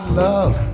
love